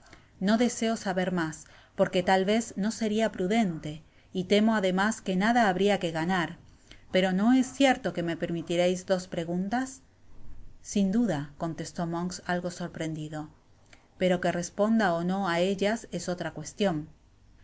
no deseo saber mas porque tal vez no seria prudente y temo además que nada habria que ganar pero no es cierto que me permitiréis dos preguntas sin duda contestó monks algo sorprendido pero que responda ó no á ellas esla es otra cuestion